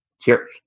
Cheers